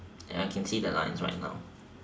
ya can see the lines right now